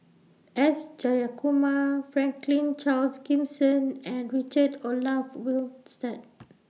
S Jayakumar Franklin Charles Gimson and Richard Olaf Winstedt